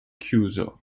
chiuso